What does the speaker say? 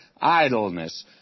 idleness